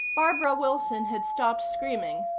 barbara wilson had stopped screaming,